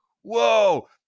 whoa